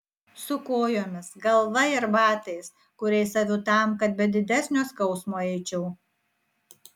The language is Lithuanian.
su kojomis galva ir batais kuriais aviu tam kad be didesnio skausmo eičiau